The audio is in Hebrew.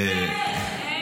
איך?